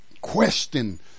question